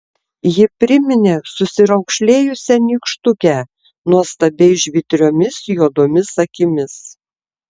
ji priminė susiraukšlėjusią nykštukę nuostabiai žvitriomis juodomis akimis